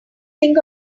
think